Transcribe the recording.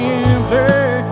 empty